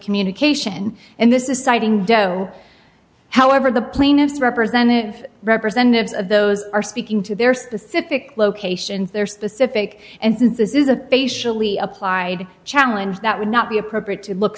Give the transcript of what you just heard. communication and this is citing doe however the plaintiffs representative representatives of those are speaking to their specific locations their specific and since this is a facial ie applied challenge that would not be appropriate to look